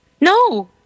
No